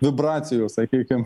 vibracijų sakykim